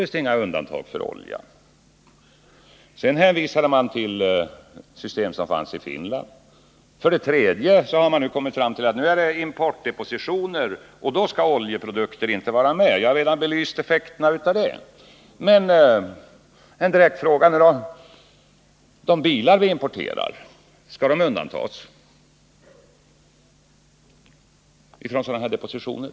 Sedan hänvisade ni till ett system som finns i Finland. Nu har ni kommit fram till ett förslag om importdepositioner, och då skall oljeprodukter inte vara med. Jag har redan belyst effekterna av detta, men jag vill ställa ett par direkta frågor: Skall de bilar vi importerar undantas från sådana här depositioner?